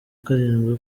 karindwi